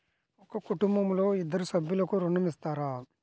ఒక కుటుంబంలో ఇద్దరు సభ్యులకు ఋణం ఇస్తారా?